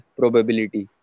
probability